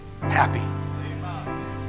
happy